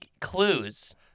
clues